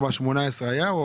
4-19 היה?